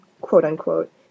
quote-unquote